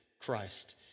Christ